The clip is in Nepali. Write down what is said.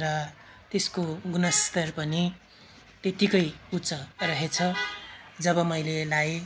र त्यसको गुणस्तर पनि त्यत्तिकै उच्च रहेछ जब मैले लगाएँ